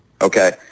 okay